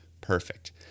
perfect